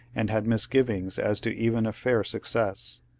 and had misgivings as to even a fair success.